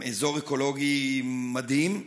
אקולוגי מדהים.